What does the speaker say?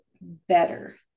better